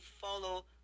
follow